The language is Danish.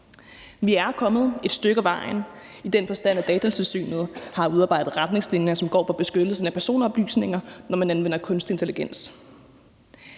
Vi er kommet et stykke af vejen i den forstand, at Datatilsynet har udarbejdet retningslinjer, som går på beskyttelsen af personoplysninger, når man anvender kunstig intelligens.